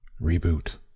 Reboot